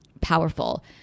Powerful